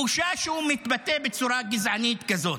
בושה שהוא מתבטא בצורה גזענית כזאת.